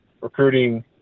recruiting